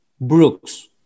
Brooks